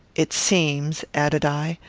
it seems, added i,